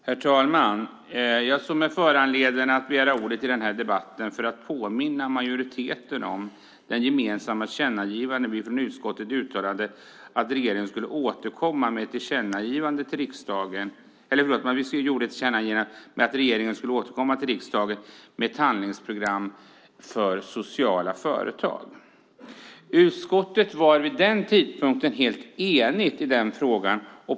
Herr talman! Jag begärde ordet för att påminna majoriteten om det gemensamma tillkännagivandet i utskottet där vi uttalade att regeringen skulle återkomma till riksdagen med ett handlingsprogram för sociala företag. Utskottet var vid den tidpunkten helt enigt i den frågan.